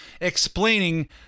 explaining